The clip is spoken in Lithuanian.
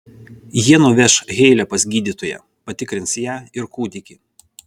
jie nuveš heilę pas gydytoją patikrins ją ir kūdikį